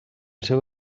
seu